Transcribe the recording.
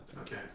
Okay